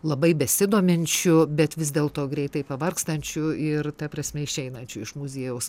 labai besidominčiu bet vis dėl to greitai pavargstančiu ir ta prasme išeinančiu iš muziejaus